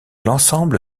l’ensemble